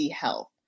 Health